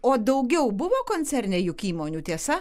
o daugiau buvo koncerne juk įmonių tiesa